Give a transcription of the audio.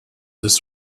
this